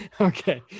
Okay